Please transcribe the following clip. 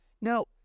no